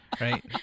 right